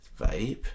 Vape